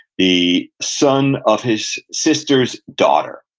the son of his sister's daughter.